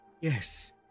Yes